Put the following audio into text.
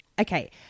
okay